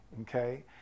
okay